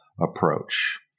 approach